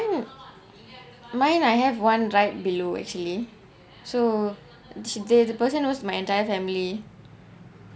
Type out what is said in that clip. think mine I have one right below actually so this there person was my entire family